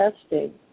testing